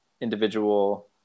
individual